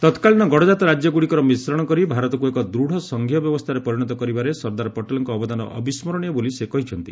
ତତ୍କାଳୀନ ଗଡ଼କାତ ରାଜ୍ୟଗୁଡ଼ିକର ମିଶ୍ରଣ କରି ଭାରତକୁ ଏକ ଦୂତ୍ ସଂଘୀୟ ବ୍ୟବସ୍ଥାରେ ପରିଣତ କରିବାରେ ସର୍ଦ୍ଦାର ପଟେଲ୍ଙ୍କ ଅବଦାନ ଅବିସ୍କରଣୀୟ ବୋଲି ସେ କହିଛନ୍ତି